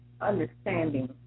understanding